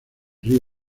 río